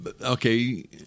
okay